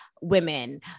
women